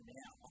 now